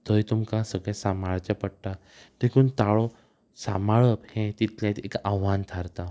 थंय तुमकां सगळे सांबाळचें पडटा देखून ताळो सांबाळप हें तितलेंत एक आव्हान थारता